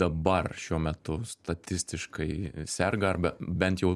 dabar šiuo metu statistiškai serga arba bent jau